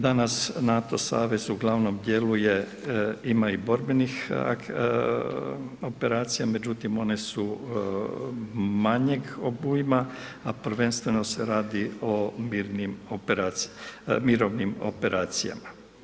Danas NATO savez uglavnom djeluje, ima i borbenih operacija, međutim, one su manjeg obujma, a prvenstveno se radi o mirovnim operacijama.